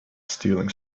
stealing